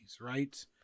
right